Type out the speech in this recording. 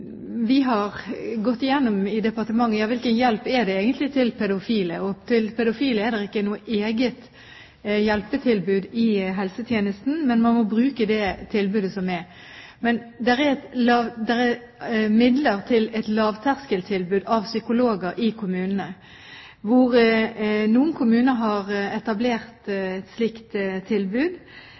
vi gått gjennom hvilken hjelp det er til pedofile. Til pedofile finnes det ikke noe eget hjelpetilbud i helsetjenesten, men man må bruke det tilbudet som er. Det finnes midler til et lavterskeltilbud med psykologer i noen kommuner som har etablert et slikt tilbud.